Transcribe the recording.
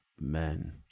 men